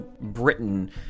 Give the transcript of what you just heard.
Britain